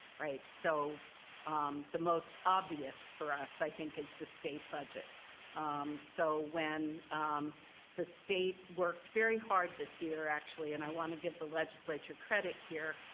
alright? so um the most obvious for us i think is the state budget so when the state worked very hard this year actually and i want to give the legislature credit here.